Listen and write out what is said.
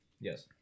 Yes